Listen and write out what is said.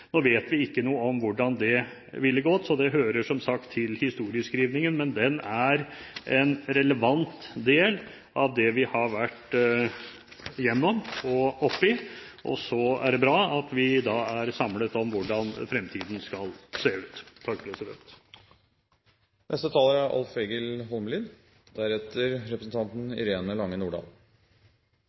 Vi vet ingenting om hvordan det ville gått, og det hører derfor som sagt til historieskrivingen, men den er en relevant del av det vi har vært gjennom og oppi, men det er bra at vi er samlet om hvordan fremtiden skal se ut. Den saka vi skal behandle i dag, er